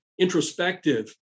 introspective